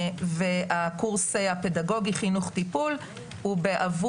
והקורס הפדגוגי חינוך טיפול הוא בעבר